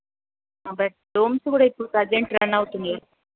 but domes కూడా ఇప్పుడు present run అవుతున్నాయి